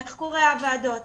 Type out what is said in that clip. איך קורות הוועדות,